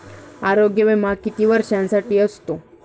आरोग्य विमा किती वर्षांसाठी असतो?